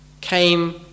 came